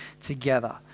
together